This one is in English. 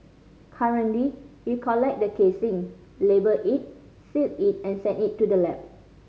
currently you collect the casing label it seal it and send it to the lab